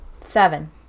Seven